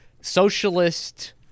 socialist